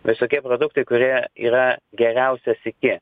visokie produktai kurie yra geriausias iki